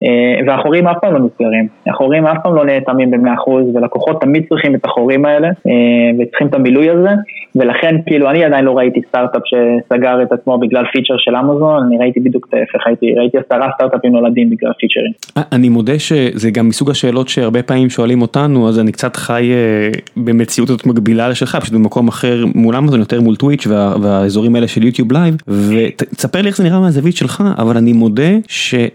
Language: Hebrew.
והחורים אחת לא נסגרים החורים אף פעם לא נאטמים ב100% ולקוחות תמיד צריכים את החורים האלה וצריכים את המילוי הזה, ולכן כאילו אני עדיין לא ראיתי סטארטאפ שסגר את עצמו בגלל פיצ'ר של אמזון אני ראיתי בדיוק את ההיפך ראיתי עשרה סטארטאפים נולדים בגלל פיצ'רים. אני מודה שזה גם מסוג השאלות שהרבה פעמים שואלים אותנו אז אני קצת חי במציאות מקבילה שלך פשוט במקום אחר מול אמזון יותר מול טוויץ' והאזורים האלה של יוטיוב לייב, ותספר לי איך זה נראה מהזווית שלך אבל אני מודה.